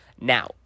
Now